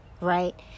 Right